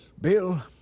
Bill